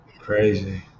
crazy